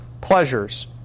pleasures